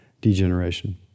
degeneration